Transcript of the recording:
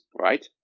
right